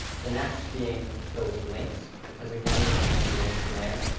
the next being those links, because again, we have a few links in there.